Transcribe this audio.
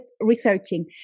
researching